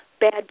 bad